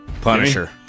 Punisher